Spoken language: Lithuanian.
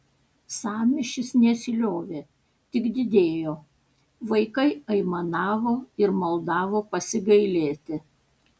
sąmyšis nesiliovė tik didėjo vaikai aimanavo ir maldavo pasigailėti